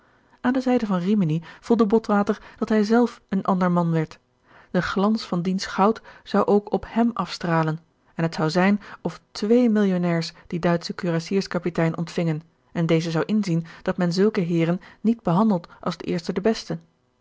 aan de zijde van rimini voelde botwater dat hij zelf een ander man werd de glans van diens goud zou ook op hem afstralen en het zou zijn of twee millionnairs dien duitschen kurassierskapitein ontvingen en deze zou inzien dat men zulke heeren niet behandelt als den eersten den besten